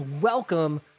Welcome